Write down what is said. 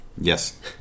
Yes